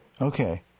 Okay